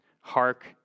Hark